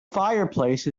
fireplace